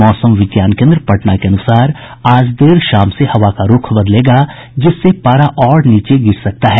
मौसम विज्ञान केन्द्र पटना के अनुसार आज देर शाम से हवा का रूख बदलेगा जिससे पारा और नीचे गिर सकता है